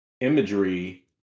imagery